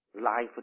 life